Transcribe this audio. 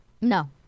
No